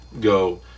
go